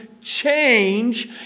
change